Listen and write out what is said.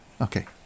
Okay